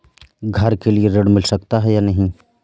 घर के लिए ऋण मिल सकता है या नहीं?